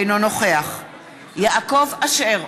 אינו נוכח יעקב אשר,